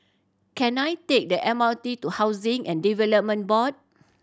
can I take the M R T to Housing and Development Board